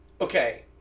Okay